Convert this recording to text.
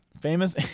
Famous